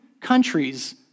countries